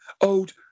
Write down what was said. old